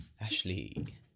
Ashley